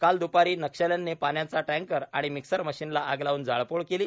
काल दुपारी नक्षल्यांनी पाण्याचा टँकर आणि मिक्सर मशिनला आग लावून जाळपोळ केली